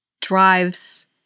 drives